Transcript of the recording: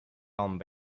home